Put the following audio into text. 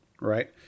right